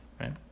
Right